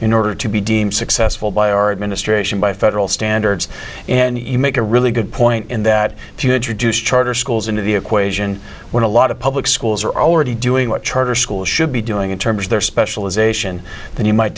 in order to be deemed successful by our administration by federal standards and you make a really good point in that if you introduce charter schools into the equation when a lot of public schools are already doing what charter schools should be doing in terms of their specialisation then you might